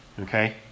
Okay